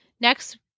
next